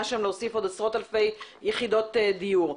להוסיף שם עוד עשרות אלפי יחידות דיור.